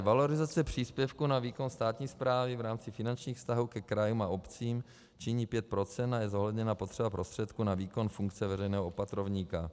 Valorizace příspěvků na výkon státní správy v rámci finančních vztahů ke krajům a obcím činí 5 % a je zohledněna potřeba prostředků na výkon funkce veřejného opatrovníka.